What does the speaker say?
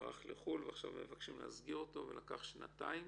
ברח לחו"ל ועכשיו מבקשים להסגיר אותו ולקח שנתיים